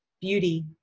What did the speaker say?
beauty